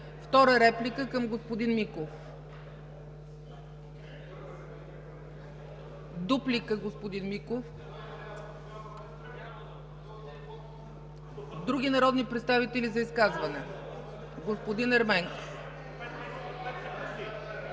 Втора реплика към господин Миков? Дуплика, господин Миков? Други народни представители за изказване? Господин Ерменков.